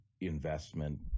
investment